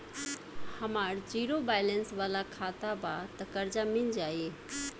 हमार zero balance वाला खाता बा त कर्जा मिल जायी?